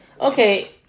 Okay